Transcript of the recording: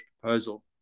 proposal